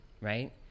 right